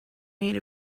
made